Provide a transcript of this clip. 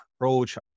approach